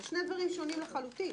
זה שני דברים שונים לחלוטין.